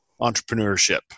entrepreneurship